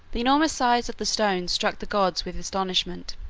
the enormous size of the stones struck the gods with astonishment,